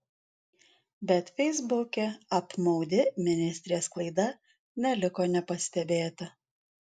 bet feisbuke apmaudi ministrės klaida neliko nepastebėta